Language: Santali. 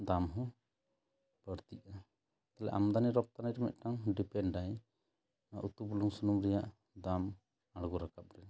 ᱫᱟᱢ ᱦᱚᱸ ᱵᱟᱹᱲᱛᱚᱜᱼᱟ ᱛᱟᱦᱚᱞᱮ ᱟᱢᱫᱟᱱᱤ ᱨᱚᱯᱚᱛᱟᱱᱤ ᱨᱮ ᱢᱤᱫᱴᱮᱱ ᱰᱤᱯᱷᱮᱱᱴ ᱟᱭ ᱩᱛᱩ ᱵᱩᱞᱩᱝ ᱥᱩᱱᱩᱢ ᱨᱮᱭᱟᱜ ᱫᱟᱢ ᱟᱬᱜᱚ ᱨᱟᱠᱟᱵ